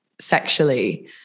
sexually